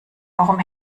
warum